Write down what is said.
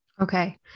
Okay